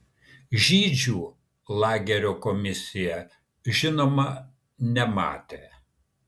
žydžių lagerio komisija žinoma nematė